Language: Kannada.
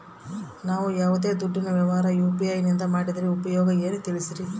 ನಾವು ಯಾವ್ದೇ ದುಡ್ಡಿನ ವ್ಯವಹಾರ ಯು.ಪಿ.ಐ ನಿಂದ ಮಾಡಿದ್ರೆ ಉಪಯೋಗ ಏನು ತಿಳಿಸ್ರಿ?